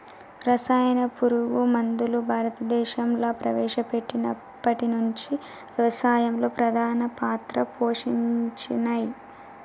రసాయన పురుగు మందులు భారతదేశంలా ప్రవేశపెట్టినప్పటి నుంచి వ్యవసాయంలో ప్రధాన పాత్ర పోషించినయ్